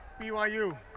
BYU